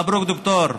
מברוכ, דוקטור,